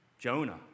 Jonah